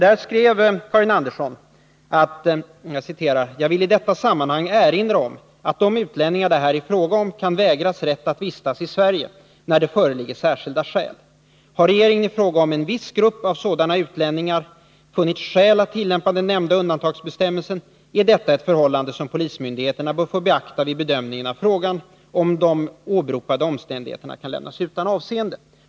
Där skriver Karin Andersson: ”Jag vill i detta sammanhang erinra om, att de utlänningar det här är fråga om kan vägras rätt att vistas i Sverige när det föreligger särskilda skäl. Har regeringen i fråga om en viss grupp av sådana utlänningar funnit skäl att tillämpa den nämnda undantagsbestämmelsen, är detta ett förhållande som polismyndigheterna bör få beakta vid bedömningen av frågan om de åberopade omständigheterna kan lämnas utan avseende.